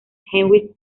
heinrich